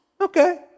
Okay